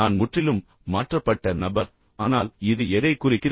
நான் முற்றிலும் மாற்றப்பட்ட நபர் ஆனால் இது எதைக் குறிக்கிறது